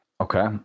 Okay